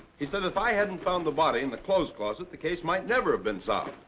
he said if i hadn't found the body in the clothes closet, the case might never have been solved.